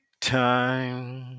time